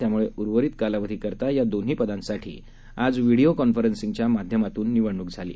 त्याम्ळे उर्वरित कालावधीकरता या दोन्ही पदांसाठी आज व्हिडिओ कॉन्फरन्सिंगच्या माध्यमातून निवडणूक झाली